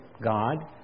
God